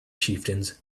chieftains